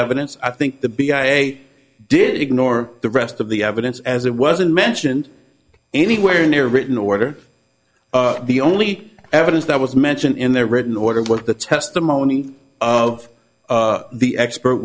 evidence i think the b i a did ignore the rest of the evidence as it wasn't mentioned anywhere near a written order the only evidence that was mentioned in their written order but the testimony of the expert